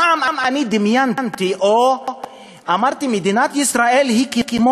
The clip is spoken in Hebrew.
פעם דמיינתי או אמרתי: מדינת ישראל היא כמו